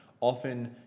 often